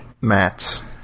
Matt